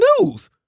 news